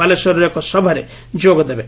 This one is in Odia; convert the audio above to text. ବାଲେଶ୍ୱରର ଏକ ସଭାରେ ଯୋଗଦେବେ